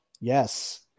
Yes